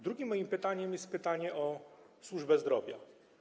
Drugim moim pytaniem jest pytanie o służbę zdrowia.